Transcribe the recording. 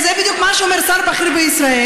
זה בדיוק מה שאומר שר בכיר בישראל,